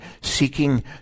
seeking